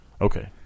Okay